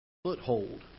foothold